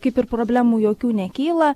kaip ir problemų jokių nekyla